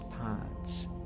parts